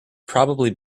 probably